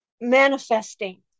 Manifesting